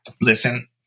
listen